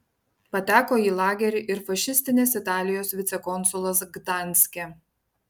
pateko į lagerį ir fašistinės italijos vicekonsulas gdanske